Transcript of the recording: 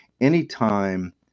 anytime